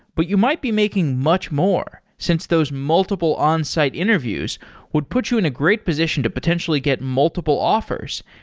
but you might be making much more since those multiple onsite interviews would put you in a great position to potentially get multiple offers,